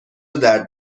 درد